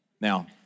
Now